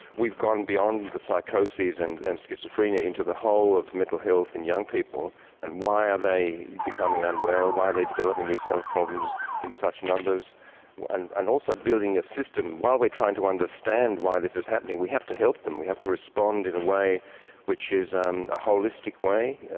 we've gone beyond the psychoses and and schizophrenia into the whole of mental health in young people and why are they becoming unwell, why are they developing these health problems in such numbers and and also building a system. while we're trying to understand why this is happening, we have to help them, we have to respond in a way which is um a holistic way.